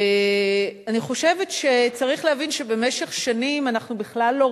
אני חושבת שצריך להבין שבמשך שנים אנחנו בכלל לא